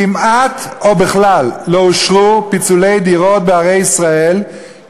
כמעט או בכלל לא אושרו פיצולי דירות בערי ישראל,